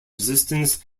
resistance